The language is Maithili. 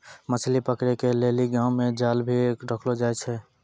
मछली पकड़े के लेली गांव मे जाल भी रखलो जाए छै